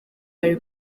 harry